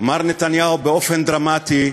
מר נתניהו, באופן דרמטי,